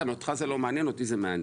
אותך זה לא מעניין; אותי זה מעניין.